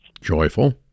Joyful